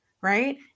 Right